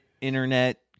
internet